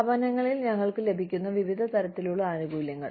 സ്ഥാപനങ്ങളിൽ ഞങ്ങൾക്ക് ലഭിക്കുന്ന വിവിധ തരത്തിലുള്ള ആനുകൂല്യങ്ങൾ